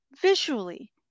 visually